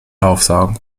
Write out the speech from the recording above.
aufsaugen